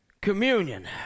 Communion